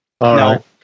No